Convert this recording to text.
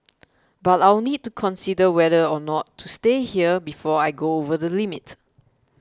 but I'll need to consider whether or not to stay here before I go over the limit